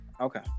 Okay